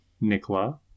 Nicola